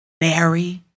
Mary